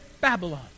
Babylon